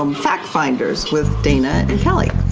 um fact finders with dana and kelley.